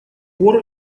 пор